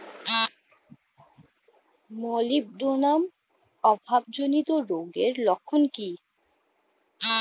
Molybdenum অভাবজনিত রোগের লক্ষণ কি কি?